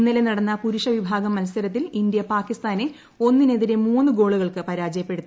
ഇന്നലെ നടന്ന പുരുഷവിഭാഗം മത്സരത്തിൽ ഇന്ത്യ പാകിസ്ഥാനെ ഒന്നിനെതിരെ മൂന്നു ഗോളുകൾക്ക് പരാജയപ്പെടുത്തി